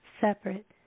separate